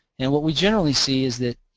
and what we generally see is that